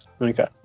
Okay